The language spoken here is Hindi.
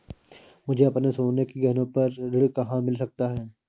मुझे अपने सोने के गहनों पर ऋण कहाँ मिल सकता है?